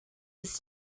was